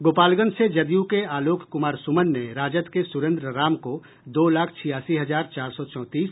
गोपालगंज से जदयू के आलोक कुमार सुमन ने राजद के सुरेंद्र राम को दो लाख छियासी हजार चार सौ चौंतीस